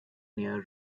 near